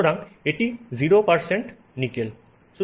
সুতরাং এটি 0 নিকেল